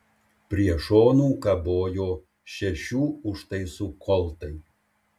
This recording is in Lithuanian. prie šonų kabojo šešių užtaisų koltai